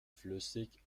flüssig